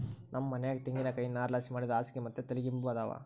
ನಮ್ ಮನ್ಯಾಗ ತೆಂಗಿನಕಾಯಿ ನಾರ್ಲಾಸಿ ಮಾಡಿದ್ ಹಾಸ್ಗೆ ಮತ್ತೆ ತಲಿಗಿಂಬು ಅದಾವ